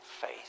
faith